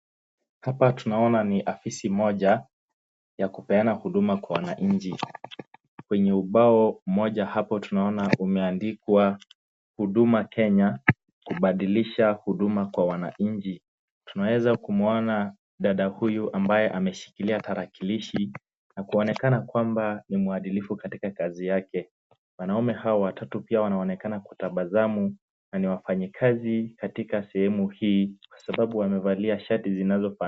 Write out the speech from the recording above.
Hapa tunaona ni ofisi moja ya kupeana huduma kwa wananchi. Kwenye ubao mmoja hapo tunaona umeandikwa huduma Kenya kubadilisha huduma kwa wananchi. Tunaweza kumuona dada huyu ambaye ameshikilia tarakilishi na kuonekana kwamba ni mwadilifu katika kazi yake. Wanaume hawa watatu pia wanaonekana kutabasamu na ni wafanyakazi katika sehemu hii kwa sababu wamevalia shati.